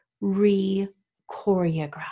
re-choreograph